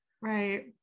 Right